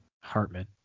Hartman